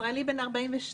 ישראלי בן 42,